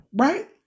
Right